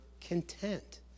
content